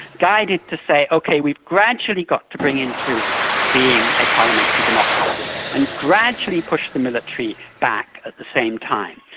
guided to say ok, we've gradually got to bring into being a parliamentary democracy, and gradually push the military back at the same time.